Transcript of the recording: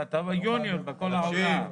בכל העולם.